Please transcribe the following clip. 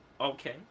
Okay